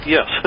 Yes